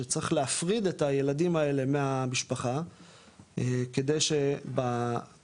שצריך להפריד את הילדים האלה מהמשפחה כדי שכשהם